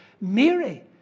Mary